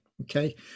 Okay